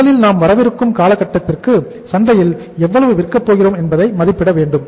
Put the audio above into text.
முதலில் நாம் வரவிருக்கும் காலகட்டத்தில் சந்தையில் எவ்வளவு விற்கப் போகிறோம் என்பதை மதிப்பிட வேண்டும்